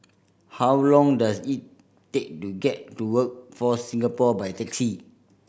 how long does it take to get to Workforce Singapore by taxi